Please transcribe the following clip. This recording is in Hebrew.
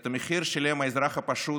את המחיר שילם האזרח הפשוט,